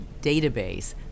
database